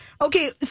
Okay